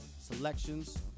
selections